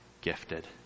gifted